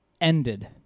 ended